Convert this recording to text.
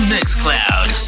Mixcloud